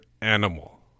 animal